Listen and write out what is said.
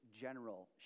general